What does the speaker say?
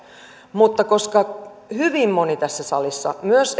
mutta koska hyvin moni tässä salissa myös